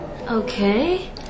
Okay